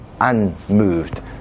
unmoved